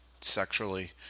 sexually